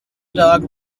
dog